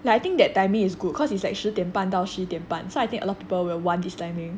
and I think that timing is good cause it's like 十点半到十一点半 so I think a lot of people will want this timing